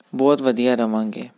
ਬਹੁਤ ਵਧੀਆ ਰਹਾਂਗੇ